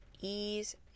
ease